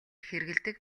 хэрэглэдэг